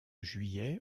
juillet